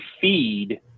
feed